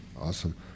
Awesome